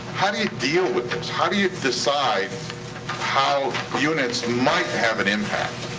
how do you deal with this? how do you decide how units might have an impact?